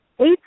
Eight